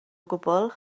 gwbl